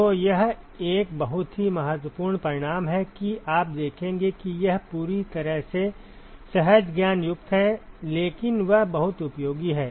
तो यह एक बहुत ही महत्वपूर्ण परिणाम है कि आप देखेंगे कि यह पूरी तरह से सहज ज्ञान युक्त है लेकिन यह बहुत उपयोगी है